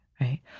right